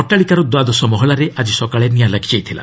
ଅଟ୍ଟାଳିକାର ଦ୍ୱାଦଶ ମହଲାରେ ଆଜି ସକାଳେ ନିଆଁ ଲାଗିଯାଇଥିଲା